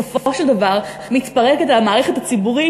בסופו של דבר מתפרקת המערכת הציבורית,